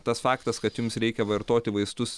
tas faktas kad jums reikia vartoti vaistus